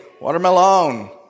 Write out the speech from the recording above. watermelon